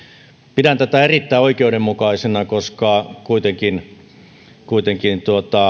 pidän tätä erittäin oikeudenmukaisena koska kuitenkin kuitenkin